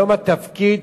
היום התפקיד